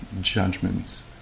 judgments